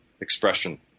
expression